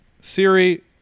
Siri